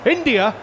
India